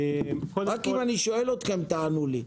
רק אם אני שואל אתכם תענו לי.